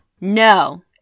No